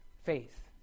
faith